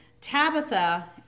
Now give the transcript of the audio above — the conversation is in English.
Tabitha